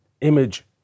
image